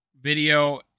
video